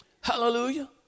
Hallelujah